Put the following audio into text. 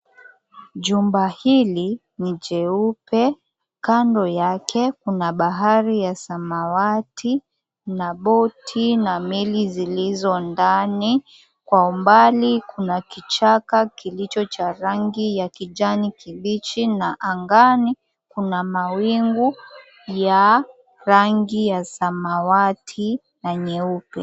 Jumba hili ni jeupe kando yake kuna bahari ya samawati na boti na meli zilizo ndani kwa umbali kuna kichaka kilicho na rangi ya kijani kibichi na angani kuna mawingu ya rangi ya samawati na nyeupe.